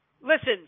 Listen